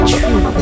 True